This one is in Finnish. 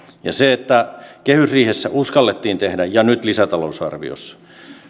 se että kehysriihessä uskallettiin tehdä ja nyt lisätalousarviossa